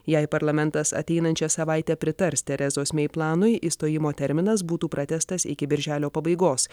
jei parlamentas ateinančią savaitę pritars terezos mei planui išstojimo terminas būtų pratęstas iki birželio pabaigos